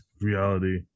reality